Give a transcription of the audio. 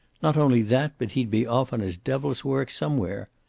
not only that, but he'll be off on his devil's work somewhere.